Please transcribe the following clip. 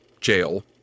jail